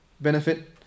benefit